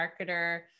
marketer